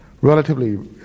relatively